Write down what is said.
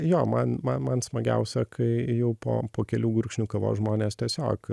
jo man man man smagiausia kai jau po po kelių gurkšnių kavos žmonės tiesiog